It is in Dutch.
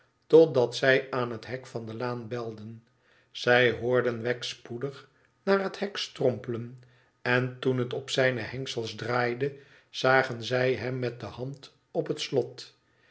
totdat zij aan het hek van de laan belden zij hoorden wegg spoedig naar het hek strompelen en toen het op zijne hengsels draaide zagen zij hem met de hand op het slot